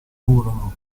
furono